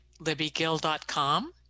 libbygill.com